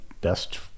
best